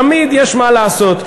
תמיד יש מה לעשות,